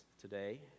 today